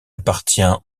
appartient